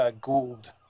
Gold